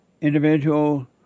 individual